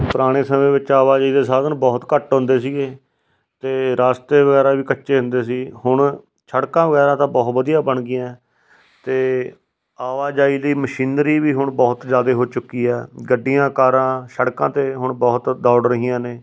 ਪੁਰਾਣੇ ਸਮੇਂ ਵਿੱਚ ਆਵਾਜਾਈ ਦੇ ਸਾਧਨ ਬਹੁਤ ਘੱਟ ਹੁੰਦੇ ਸੀਗੇ ਅਤੇ ਰਸਤੇ ਵਗੈਰਾ ਵੀ ਕੱਚੇ ਹੁੰਦੇ ਸੀ ਹੁਣ ਸੜਕਾਂ ਵਗੈਰਾ ਤਾਂ ਬਹੁਤ ਵਧੀਆ ਬਣ ਗਈਆਂ ਅਤੇ ਆਵਾਜਾਈ ਲਈ ਮਸ਼ੀਨਰੀ ਵੀ ਹੁਣ ਬਹੁਤ ਜ਼ਿਆਦਾ ਹੋ ਚੁੱਕੀ ਆ ਗੱਡੀਆਂ ਕਾਰਾਂ ਸੜਕਾਂ 'ਤੇ ਹੁਣ ਬਹੁਤ ਦੌੜ ਰਹੀਆਂ ਨੇ